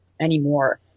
anymore